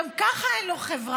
גם ככה אין לו חברה,